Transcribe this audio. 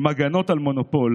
עם הגנות על מונופול,